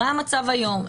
מה המצב היום,